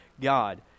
God